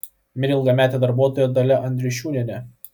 mirė ilgametė darbuotoja dalia andriušiūnienė